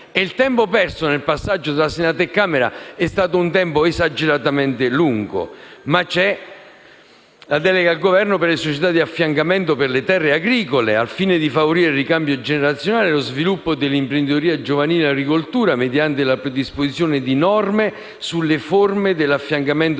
Il tempo perso nel passaggio tra Senato e Camera è stato esageratamente lungo, ma l'articolo 6 delega il Governo in materia di società di affiancamento per le terre agricole, al fine di favorire il ricambio generazionale e lo sviluppo dell'imprenditoria giovanile in agricoltura, mediante la predisposizione di norme sulle forme dell'affiancamento